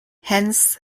hence